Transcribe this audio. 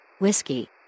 Whiskey